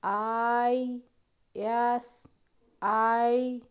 I S I